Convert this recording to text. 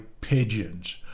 pigeons